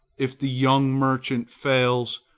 if the young merchant fails,